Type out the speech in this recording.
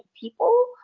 people